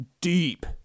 deep